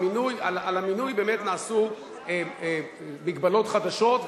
על המינוי באמת נעשו מגבלות חדשות,